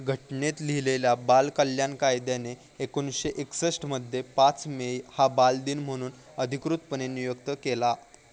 घटनेत लिहिलेल्या बालकल्याण कायद्याने एकोणीसशे एकसष्टमध्ये पाच मे हा बालदिन म्हणून अधिकृतपणे नियुक्त केला